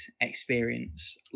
experience